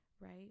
right